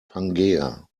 pangaea